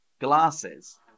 glasses